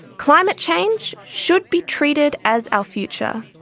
climate change should be treated as our future,